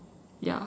ya